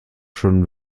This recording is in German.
schon